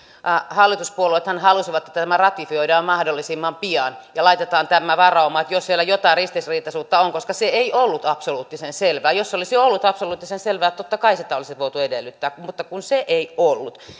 hallituspuolueethan halusivat että tämä ratifioidaan mahdollisimman pian ja laitetaan tämä varauma että jos vielä jotain ristiriitaisuutta on koska se ei ollut absoluuttisen selvää jos se olisi ollut absoluuttisen selvää totta kai sitä olisi voitu edellyttää mutta kun se ei ollut